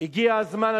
הגיע הזמן,